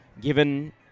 given